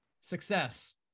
Success